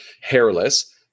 hairless